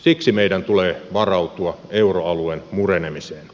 siksi meidän tulee varautua euroalueen murenemiseen